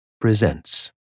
presents